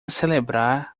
celebrar